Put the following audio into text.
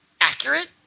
accurate